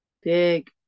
Big